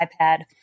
iPad